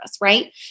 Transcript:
right